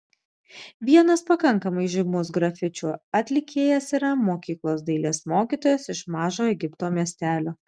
vienas pakankamai žymus grafičių atlikėjas yra mokyklos dailės mokytojas iš mažo egipto miestelio